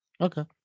Okay